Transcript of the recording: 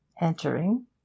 Entering